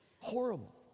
Horrible